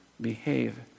behave